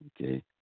okay